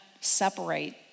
separate